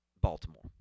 Baltimore